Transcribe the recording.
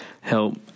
help